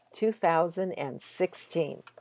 2016